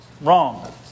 wrong